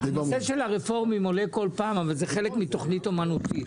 הנושא של הרפורמים עולה כל פעם אבל זה חלק מתוכנית אומנותית.